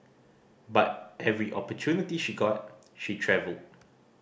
but every opportunity she got she travelled